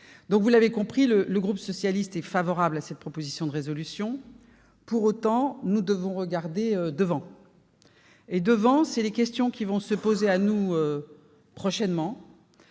Vous l'aurez compris, le groupe socialiste et républicain est favorable à cette proposition de résolution. Pour autant, nous devons regarder devant nous, en anticipant les questions qui vont se poser à nous prochainement.